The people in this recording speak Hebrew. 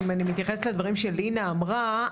אם אני מתייחסת לדברים שלינא אמרה,